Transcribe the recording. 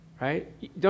Right